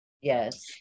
Yes